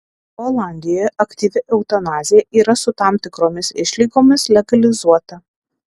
olandijoje aktyvi eutanazija yra su tam tikromis išlygomis legalizuota